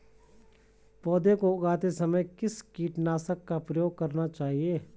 पौध को उगाते समय किस कीटनाशक का प्रयोग करना चाहिये?